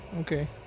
Okay